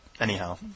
anyhow